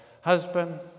husband